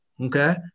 okay